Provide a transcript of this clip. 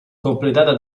completata